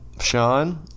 Sean